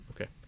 okay